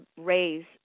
raise